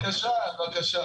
בבקשה.